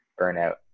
burnout